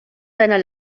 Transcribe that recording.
seiner